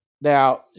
now